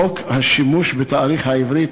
חוק השימוש בתאריך העברי,